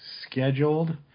scheduled